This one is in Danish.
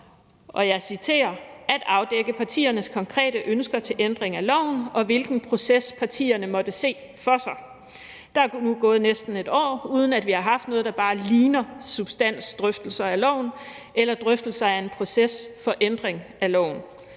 og jeg citerer – at afdække partiernes konkrete ønsker til ændring af loven, og hvilken proces partierne måtte se for sig. Der er nu gået næsten et år, uden vi har haft noget, der bare ligner substansdrøftelser af loven eller drøftelser af en proces for ændring af loven.